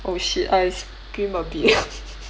oh shit I scream a bit